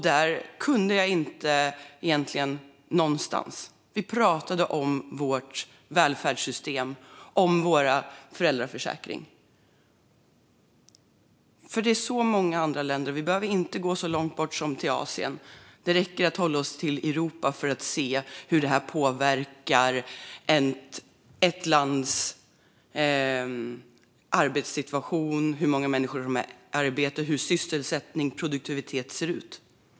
Där kunde jag inte gå någonstans utan att man pratade om Sveriges välfärdssystem och föräldraförsäkring. I många andra länder - vi behöver inte gå så långt bort som till Asien, utan det räcker att vi håller oss i Europa - kan man se hur det här påverkar arbetssituationen, hur många människor som arbetar, sysselsättningen och produktiviteten.